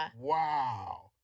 wow